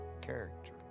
character